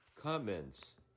comments